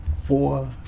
Four